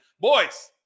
boys